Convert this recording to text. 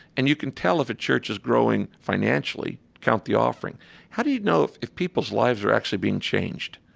and you can tell if a church is growing financially. count the offering how do you know if if people's lives are actually being changed?